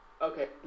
Okay